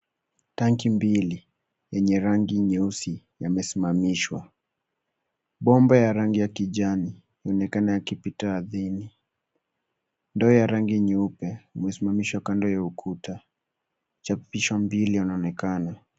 Tenki mbili yenye rangi nyeusi yamesimamishwa. Bomba ya rangi ya kijani inaonekana ikipita ardhini. Ndoo ya rangi nyeupe imesimamishwa kando ya ukuta. Chapishwa mbili unoanekana.